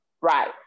right